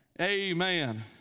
Amen